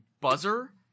buzzer